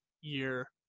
year